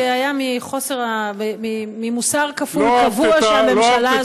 הקרעכץ שלי היה ממוסר כפול קבוע של הממשלה,